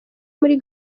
muri